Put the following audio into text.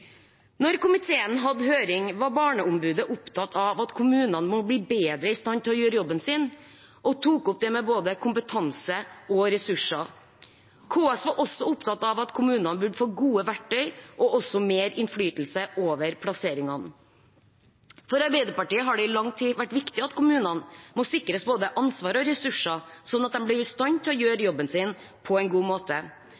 komiteen hadde høring, var Barneombudet opptatt av at kommunene må bli bedre i stand til å gjøre jobben sin, og tok opp det med både kompetanse og ressurser. KS var opptatt av at kommunene burde få gode verktøy og også mer innflytelse over plasseringene. For Arbeiderpartiet har det i lang tid vært viktig at kommunene må sikres både ansvar og ressurser, sånn at de blir i stand til å gjøre